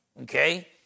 okay